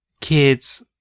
kids